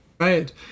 Right